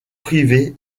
privée